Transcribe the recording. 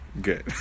Good